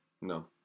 No